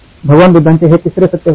भगवान बुद्धांचे हे तिसरे सत्य होते